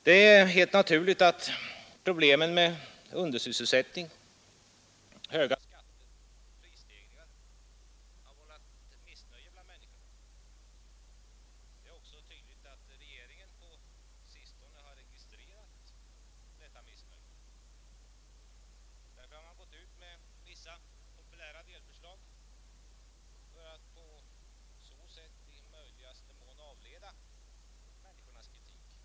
Det är helt naturligt att problemen med undersysselsättning, höga skatter och prisstegringar har vållat missnöje bland människorna. Det är också tydligt att regeringen på sistone har registrerat detta missnöje. Därför har man gått ut med vissa populära delförslag för att i möjligaste mån avleda människornas kritik. Prisstoppet, som svenska folket fick i julveckan förra året, var kanske det mest typiska. Just med prisstoppet har man onekligen tagit ett lyckat taktiskt grepp. Det är naturligt att alla människor känner en särskild olust inför prishöjningar på livsmedel.